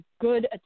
good